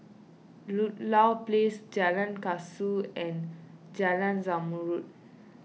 Ludlow Place Jalan Kasau and Jalan Zamrud